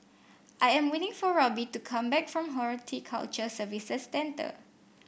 I am waiting for Robbie to come back from Horticulture Services Centre